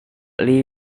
lee